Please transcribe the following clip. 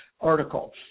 article